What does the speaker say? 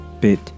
Bit